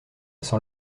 sent